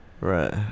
right